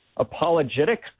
apologetic